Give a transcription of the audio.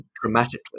dramatically